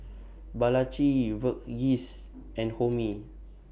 Balaji Verghese and Homi